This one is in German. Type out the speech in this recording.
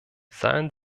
seien